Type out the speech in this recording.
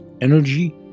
energy